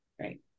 right